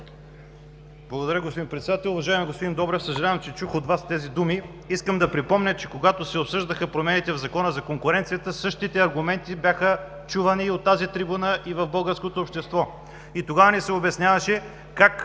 Благодаря, господин Председател! Уважаеми господин Добрев, съжалявам, че чух от Вас тези думи. Искам да припомня, че когато се обсъждаха промените в Закона за конкуренцията същите аргументи бяха чувани и от тази трибуна, и в българското общество. И тогава ни се обясняваше как